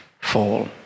fall